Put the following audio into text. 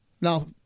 Now-